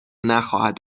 نخواهد